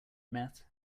meth